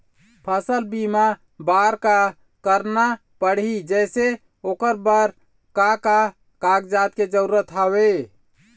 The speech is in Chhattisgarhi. फसल बीमा बार का करना पड़ही जैसे ओकर बर का का कागजात के जरूरत हवे?